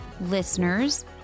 listeners